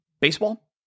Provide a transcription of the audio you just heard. baseball